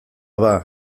bada